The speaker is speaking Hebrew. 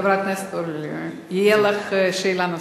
חברת הכנסת אורלי לוי, תהיה לך שאלה נוספת.